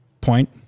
point